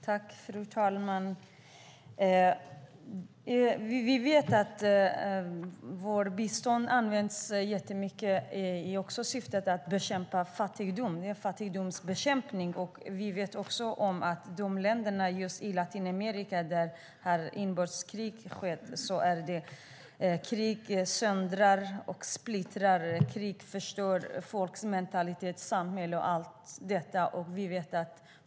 Fru talman! Vi vet att vårt bistånd används mycket för fattigdomsbekämpning. Vi vet också att det har varit inbördeskrig i länderna i Latinamerika. Krig söndrar och splittrar, och krig förstör folks mentalitet, samhället och allt.